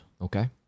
Okay